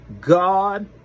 God